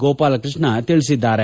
ಗೋಪಾಲಕೃಷ್ಣ ತಿಳಿಸಿದ್ದಾರೆ